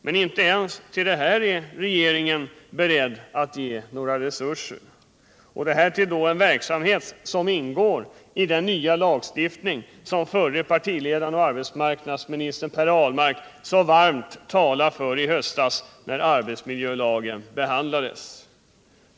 Men inte ens till detta är regeringen beredd att ge några resurser — och det till en verksamhet som ingår i den nya lagstiftning som förre partiledaren och arbetsmarknadsministern Per Ahlmark så varmt talade för i höstas, när arbetsmiljölagen behandlades.